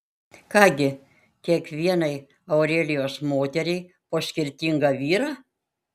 ką gi kiekvienai aurelijos moteriai po skirtingą vyrą